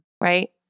Right